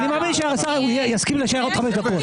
אני מאמין שהשר יסכים להישאר עוד חמש דקות.